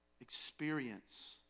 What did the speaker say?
Experience